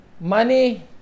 money